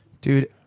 Dude